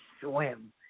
swim